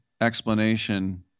explanation